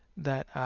that.